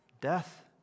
Death